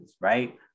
right